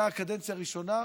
אתה קדנציה ראשונה,